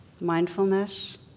Mindfulness